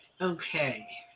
Okay